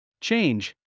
change